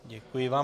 Děkuji vám.